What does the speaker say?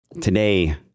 today